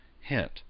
Hint